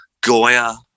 Goya